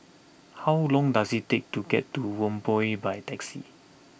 how long does it take to get to Whampoa by taxi